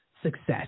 success